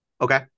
Okay